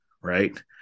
right